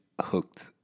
hooked